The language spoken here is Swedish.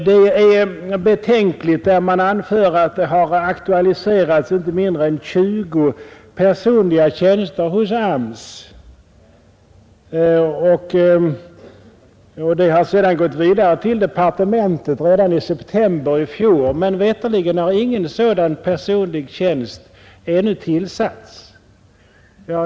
Det är betänkligt att det, som man anför, har aktualiserats icke mindre än 20 personliga tjänster hos AMS och att saken sedan har gått vidare till departementet redan i september i fjol utan att någon sådan personlig tjänst ännu veterligen tillsatts.